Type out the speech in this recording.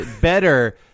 better